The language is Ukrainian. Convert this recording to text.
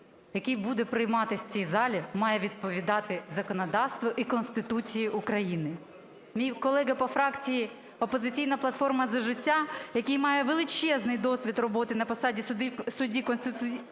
який буде прийматись в цій залі, має відповідати законодавству і Конституції України. Мій колега по фракції "Опозиційна платформа – За життя", який має величезний досвід роботи на посади судді Конституційного